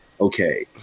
Okay